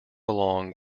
along